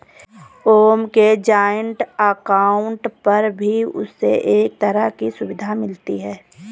ओम के joint account पर भी उसे हर तरह की सुविधा मिलती है